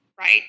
right